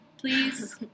Please